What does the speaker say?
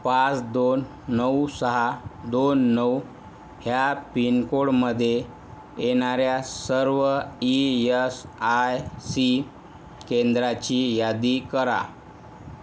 पाच दोन नऊ सहा दोन नऊ ह्या पिनकोडमध्ये येणाऱ्या सर्व ई एस आय सी केंद्राची यादी करा